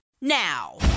now